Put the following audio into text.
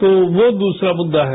तो वो दूसरा मुद्दा है